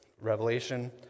Revelation